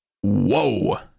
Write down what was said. whoa